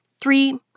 Three